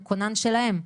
הוא כונן שלהם.